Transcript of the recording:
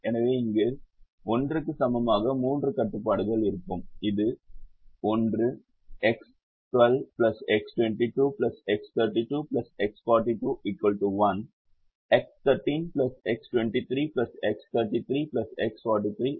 எனவே இங்கு 1 க்கு சமமாக மூன்று கட்டுப்பாடுகள் இருக்கும் இது 1 X12 X22 X32 X42 1 X13 X23 X33 X43 1